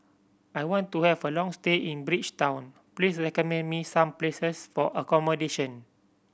I want to have a long stay in Bridgetown please recommend me some places for accommodation